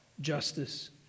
justice